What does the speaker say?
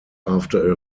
after